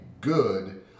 good